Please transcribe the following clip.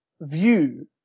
view